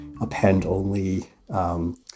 append-only